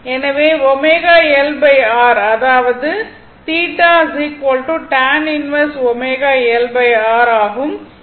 எனவே அதாவதுஆகும்